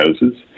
houses